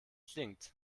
klingt